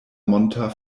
monta